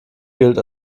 gilt